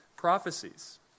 prophecies